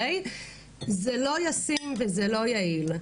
זה לא ישים וזה לא יעיל,